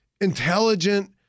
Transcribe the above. intelligent